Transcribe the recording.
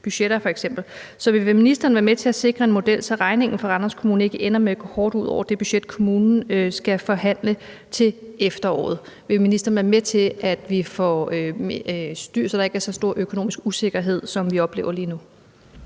budgetter f.eks. Så vil ministeren være med til at sikre en model, så regningen for Randers Kommune ikke ender med at gå hårdt ud over det budget, kommunen skal forhandle til efteråret? Vil ministeren være med til, at vi får styr på det, så der ikke er så stor økonomisk usikkerhed, som vi oplever lige nu?